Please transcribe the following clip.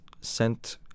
sent